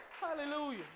Hallelujah